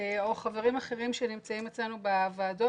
או חברים אחרים שנמצאים אצלנו בוועדות